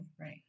right